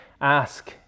ask